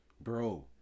Bro